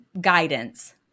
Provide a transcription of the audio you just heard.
guidance